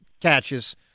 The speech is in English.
catches